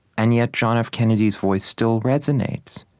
and yet, john f. kennedy's voice still resonates.